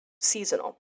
seasonal